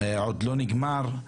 עוד לא נגמר,